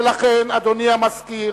ולכן, אדוני המזכיר,